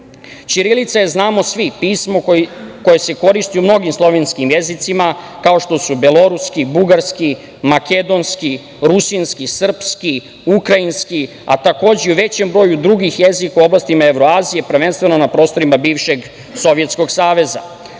pisma. Ćirilica je, znamo svi, pismo koje se koristi u mnogim slovenskim jezicima, kao što su beloruski, bugarski, makedonski, rusinski, srpski, ukrajinski, a takođe i u većem broju drugih jezika u oblastima Evroazije, prvenstveno na prostorima bivšeg Sovjetskog